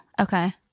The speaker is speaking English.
Okay